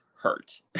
hurt